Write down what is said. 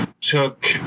took